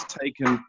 taken